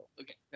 okay